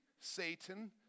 Satan